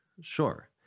Sure